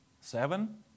Seven